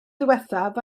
ddiwethaf